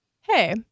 hey